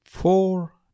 Four